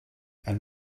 and